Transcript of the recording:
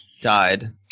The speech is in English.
died